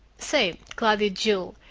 say, cloudy jewel,